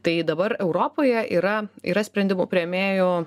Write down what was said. tai dabar europoje yra yra sprendimų priėmėjų